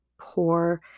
poor